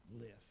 lift